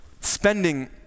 Spending